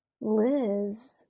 Liz